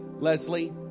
Leslie